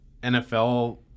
NFL